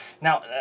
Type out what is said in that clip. now